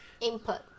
Input